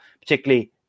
particularly